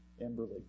Emberly